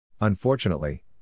Unfortunately